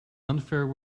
unfair